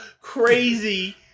crazy